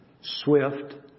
swift